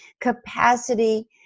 capacity